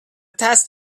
test